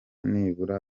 nibura